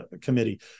committee